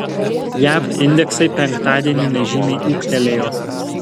jav indeksai penktadienį nežymiai ūgtelėjo